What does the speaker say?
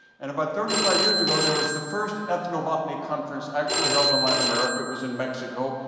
and about thirty five years ago, there was the first ethnobotany conference actually held in latin america. it was in mexico.